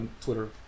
Twitter